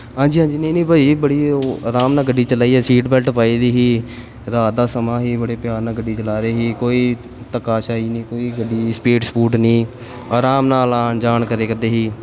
ਹਾਂਜੀ ਹਾਂਜੀ ਨਹੀਂ ਨਹੀਂ ਭਾਅ ਜੀ ਬੜੀ ਉਹ ਆਰਾਮ ਨਾਲ ਗੱਡੀ ਚਲਾਈ ਹੈ ਸੀਟ ਬੈਲਟ ਪਾਈ ਦੀ ਸੀ ਰਾਤ ਦਾ ਸਮਾਂ ਸੀ ਬੜੇ ਪਿਆਰ ਨਾਲ ਗੱਡੀ ਚਲਾ ਰਹੇ ਸੀ ਕੋਈ ਧੱਕੇਸ਼ਾਹੀ ਨਹੀਂ ਕੋਈ ਗੱਡੀ ਦੀ ਸਪੀਡ ਸਪੂਡ ਨਹੀਂ ਆਰਾਮ ਨਾਲ ਆਉਣ ਜਾਣ ਕਰਿਆ ਕਰਦੇ ਸੀ